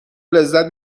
لذت